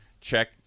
check